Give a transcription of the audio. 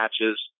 matches